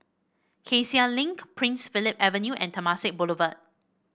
Cassia Link Prince Philip Avenue and Temasek Boulevard